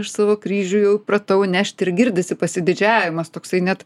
aš savo kryžių jau įpratau nešti ir girdisi pasididžiavimas toksai net